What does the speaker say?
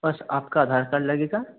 बस आपका आधार कार्ड लगेगा